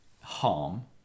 harm